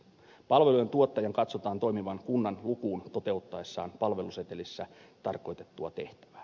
palvelujentuottajan katsotaan toimivan kunnan lukuun toteuttaessaan palvelusetelissä tarkoitettua tehtävää